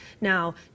Now